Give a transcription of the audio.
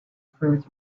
fruit